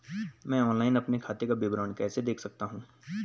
मैं ऑनलाइन अपने खाते का विवरण कैसे देख सकता हूँ?